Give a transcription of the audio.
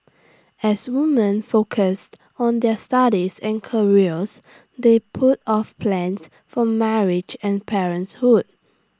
as women focused on their studies and careers they put off plans for marriage and parenthood